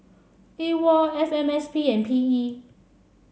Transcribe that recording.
A WOL F M S P and P E